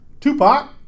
Tupac